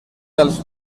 dels